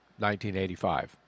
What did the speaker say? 1985